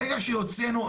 ברגע שהוצאנו,